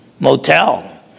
Motel